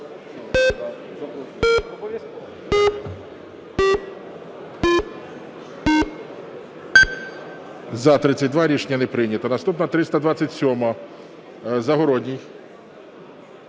За-32 Рішення не прийнято. Наступна 327-а. Загородній.